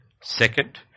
Second